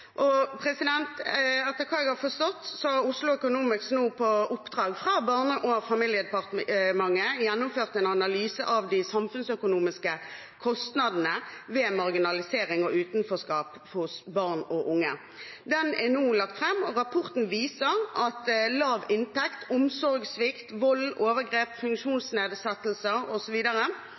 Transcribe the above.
Etter hva jeg har forstått, har Oslo Economics, på oppdrag fra Barne- og familiedepartementet, nå gjennomført en analyse av de samfunnsøkonomiske kostnadene ved marginalisering og utenforskap hos barn og unge. Rapporten er nå lagt fram og viser at lav inntekt, omsorgssvikt, vold, overgrep, funksjonsnedsettelser